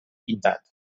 pintat